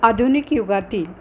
आधुनिक युगातील